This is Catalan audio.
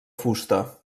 fusta